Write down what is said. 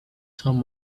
some